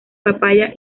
papaya